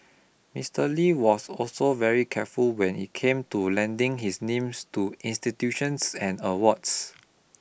Mister Lee was also very careful when it came to lending his name to institutions and awards